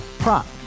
Prop